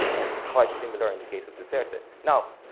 and it's quite similar in the case of duterte. now,